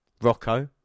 Rocco